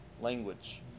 language